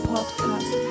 Podcast